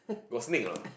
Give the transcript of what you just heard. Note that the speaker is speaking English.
got snake or not